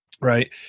Right